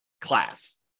class